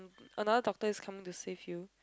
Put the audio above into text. another doctor is coming to save you